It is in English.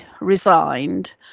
resigned